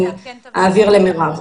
אני אעביר אותה.